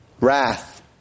wrath